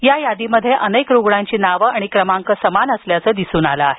या यादीमध्ये अनेक रुग्णांची नावं आणि मोबाईल क्रमांक समान असल्याचं दिसून आलं आहे